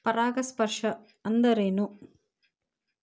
ಪರಾಗಸ್ಪರ್ಶ ಅಂದರೇನು?